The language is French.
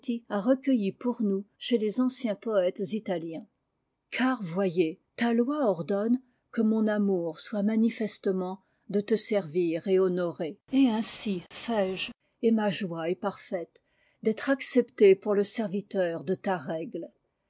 a recueillis pour nous chez les anciens poètes italiens car voyez ta loi ordonne que mon amour soit manifestement de te servir et honorer et ainsi fais-je et ma joie est parfaite d'être accepté pour le serviteur de ta règle